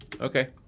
Okay